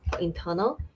internal